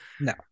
No